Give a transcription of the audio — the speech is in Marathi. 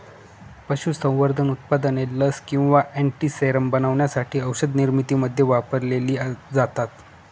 पशुसंवर्धन उत्पादने लस किंवा अँटीसेरम बनवण्यासाठी औषधनिर्मितीमध्ये वापरलेली जातात